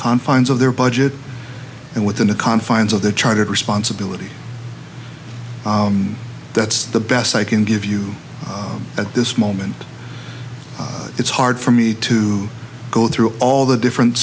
confines of their budget and within the confines of the charter of responsibility and that's the best i can give you at this moment it's hard for me to go through all the different